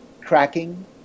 cracking